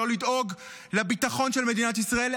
לא לדאוג לביטחון של מדינת ישראל,